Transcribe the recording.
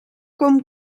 com